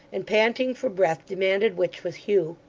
and panting for breath, demanded which was hugh.